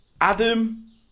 Adam